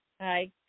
Hi